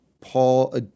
Paul